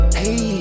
hey